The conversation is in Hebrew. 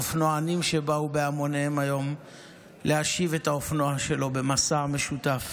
אופנוענים שבאו בהמוניהם היום להשיב את האופנוע שלו במסע משותף.